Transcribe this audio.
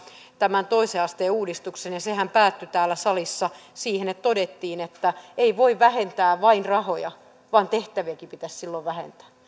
tämän toisen asteen uudistuksen ja sehän päättyi täällä salissa siihen että todettiin että ei voi vähentää vain rahoja vaan tehtäviäkin pitäisi silloin vähentää